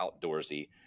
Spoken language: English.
outdoorsy